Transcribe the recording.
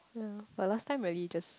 ya but last time really just